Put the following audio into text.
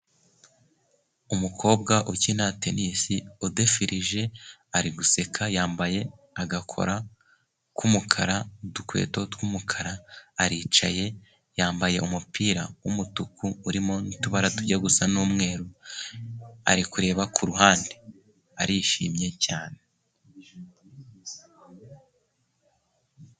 Umukobwa ukina tenisi udefirije ari guseka yambaye agakora k'umukara, udukweto tw'umukara aricaye yambaye umupira w'umutuku, urimo n'utubara tujya gusa n'umweru ari kureba ku ruhande arishimye cyane.